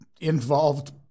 involved